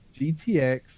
GTX